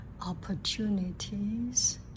opportunities